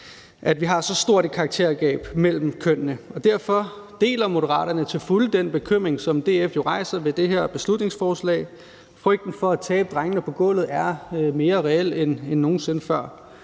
at vi har så stort et karaktergab mellem kønnene, og derfor deler Moderaterne til fulde den bekymring, som DF rejser i det her beslutningsforslag. Frygten for at tabe drengene på gulvet er mere reel end nogen sinde før.